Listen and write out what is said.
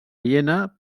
viena